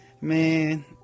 Man